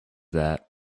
that